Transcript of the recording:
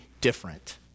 different